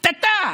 קטטה